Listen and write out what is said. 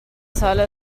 sale